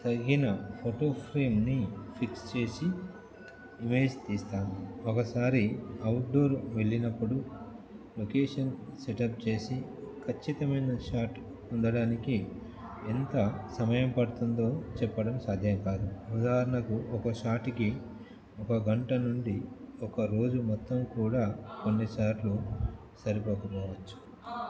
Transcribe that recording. తగిన ఫొటో ఫ్రేమ్ని ఫిక్స్ చేసి ఇమేజ్ తీస్తాను ఒకసారి అవుట్డోర్ వెళ్ళినప్పుడు లొకేషన్ సెటప్ చేసి ఖచ్చితమైన షాట్ ఉండడానికి ఎంత సమయం పడుతుందో చెప్పడం సాధ్యం కాదు ఉదాహరణకు ఒక షాట్కి ఒక గంట నుండి ఒక రోజు మొత్తం కూడా కొన్నిసార్లు సరిపోకపోవచ్చు